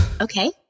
Okay